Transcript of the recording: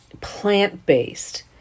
plant-based